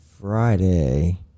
Friday